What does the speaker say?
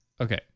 Okay